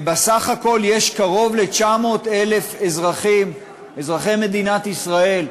ובסך הכול יש קרוב ל-900,000 אזרחי מדינת ישראל,